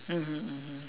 mmhmm mmhmm